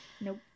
Nope